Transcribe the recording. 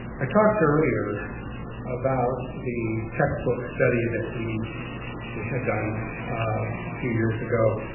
i talked earlier about the textbook study that we we had done a few years ago.